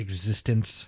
Existence